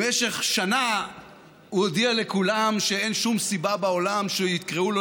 במשך שנה הוא הודיע לכולם שאין שום סיבה בעולם שיקראו לו